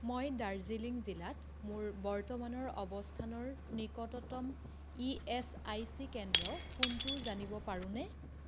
মই দাৰ্জিলিং জিলাত মোৰ বৰ্তমানৰ অৱস্থানৰ নিকটতম ই এচ আই চি কেন্দ্ৰ কোনটো জানিব পাৰোঁনে